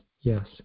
yes